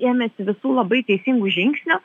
ėmėsi visų labai teisingų žingsnių